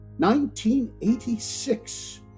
1986